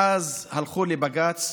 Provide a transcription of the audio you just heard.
ואז הלכו לבג"ץ,